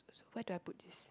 where do I put this